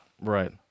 Right